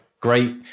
great